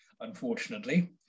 unfortunately